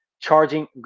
charging